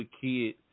kid